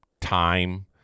time